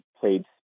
played